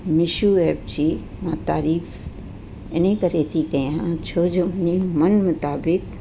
Meesho app जी मां तारीफ़ इनकरे थी कया छो जो हुन मनु मुताबिक